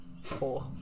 Four